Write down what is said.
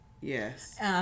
yes